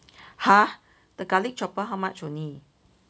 !huh! the garlic chopper how much only